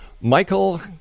Michael